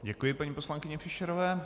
Děkuji paní poslankyni Fischerové.